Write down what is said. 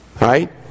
Right